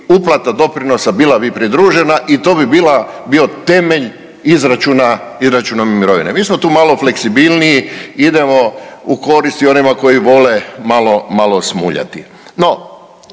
uplata doprinosa bila bi pridružena i to bi bila, bio temelj izračuna mirovine. Mi smo tu malo fleksibilniji idemo u korist i onima koji vole malo, malo smuljati.